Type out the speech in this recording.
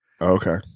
Okay